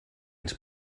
ens